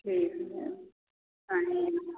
ठीक है मैम आएँगे मैम